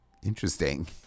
Interesting